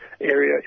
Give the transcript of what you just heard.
area